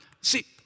See